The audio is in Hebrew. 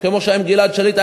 כמו שהיה לגבי גלעד שליט.